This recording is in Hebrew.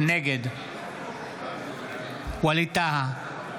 נגד ווליד טאהא,